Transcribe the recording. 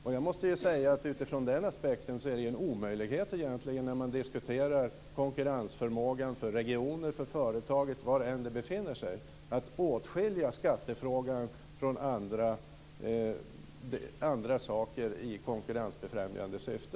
Och jag måste säga att det utifrån den aspekten egentligen är en omöjlighet när man diskuterar konkurrensförmågan för regioner och för företaget var det än befinner sig att åtskilja skattefrågan från andra delar som har konkurrensbefrämjande syfte.